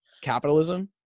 Capitalism